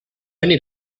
need